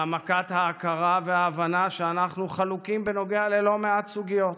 העמקת ההכרה וההבנה שאנחנו חלוקים בנוגע ללא מעט סוגיות,